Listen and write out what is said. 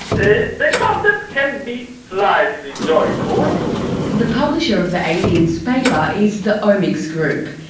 and the content can be slightly joyful. the publisher of the aliens paper is the omics group.